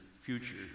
future